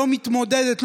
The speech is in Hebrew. לא מתמודדת,